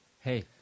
hey